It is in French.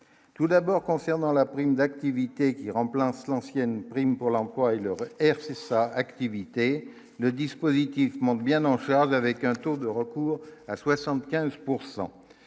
tout d'abord, concernant la prime d'activité qui remplace l'ancienne prime pour l'emploi et le reste R c'est ça activité le dispositif monte bien en charge avec un taux de recours à 75